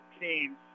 teams